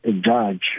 judge